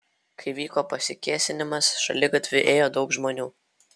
kai įvyko pasikėsinimas šaligatviu ėjo daug žmonių